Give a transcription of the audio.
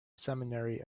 seminary